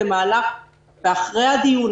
במהלך ואחרי הדיון,